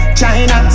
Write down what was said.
China